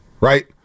right